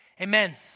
Amen